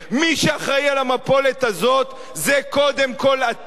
מי שאחראי למפולת הזאת זה קודם כול אתם,